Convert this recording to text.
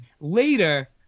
Later